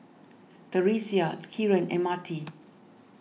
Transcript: theresia Kieran and Marti